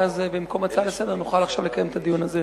ואז במקום ההצעה לסדר-היום נוכל עכשיו לקיים את הדיון הזה.